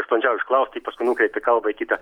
aš bandžiau užklausti ji paskui nukreipė kalbą į kitą